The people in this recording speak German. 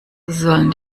sollen